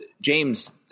James